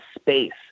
space